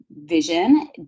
vision